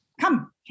Come